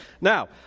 Now